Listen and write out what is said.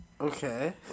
Okay